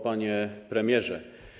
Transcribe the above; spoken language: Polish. Panie Premierze!